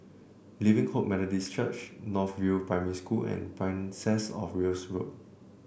Living Hope Methodist Church North View Primary School and Princess Of Wales Road